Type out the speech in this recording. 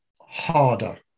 harder